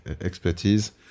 expertise